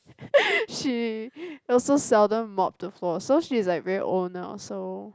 she also seldom mop the floor so she's like very old now so